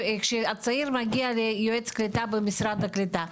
כשהצעיר מגיע ליועץ קליטה במשרד הקליטה,